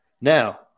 Now